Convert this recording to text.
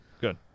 Good